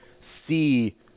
see